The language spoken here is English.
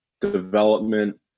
development